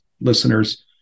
listeners